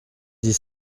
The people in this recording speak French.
dix